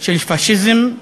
של פאשיזם,